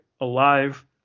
alive